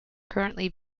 currently